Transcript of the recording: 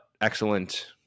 excellent